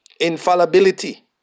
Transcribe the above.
Infallibility